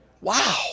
Wow